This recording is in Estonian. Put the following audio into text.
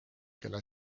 kelle